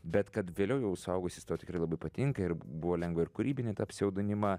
bet kad vėliau jau suaugusi jis tau tikrai labai patinka ir buvo lengva ir kūrybinį pseudonimą